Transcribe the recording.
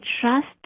trust